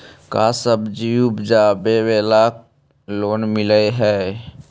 का सब्जी उपजाबेला लोन मिलै हई?